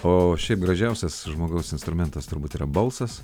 o šiaip gražiausias žmogaus instrumentas turbūt yra balsas